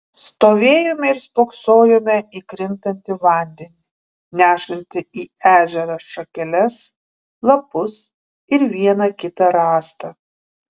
stovėjome ir spoksojome į krintantį vandenį nešantį į ežerą šakeles lapus ir vieną kitą rąstą